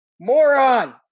moron